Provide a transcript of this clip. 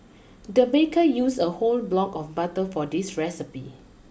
the baker use a whole block of butter for this recipe